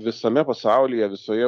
visame pasaulyje visoje